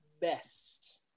best